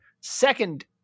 second